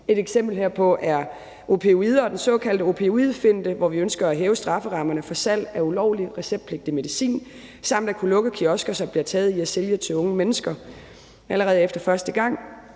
Et eksempel herpå er opioider og den såkaldte opioidfinte, hvor vi ønsker at hæve strafferammerne for salg af ulovlig receptpligtig medicin samt at kunne lukke kiosker, som bliver taget i at sælge til unge mennesker, allerede efter første gang.